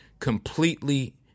completely